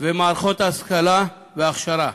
ומערכות ההשכלה וההכשרה.